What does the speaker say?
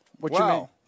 Wow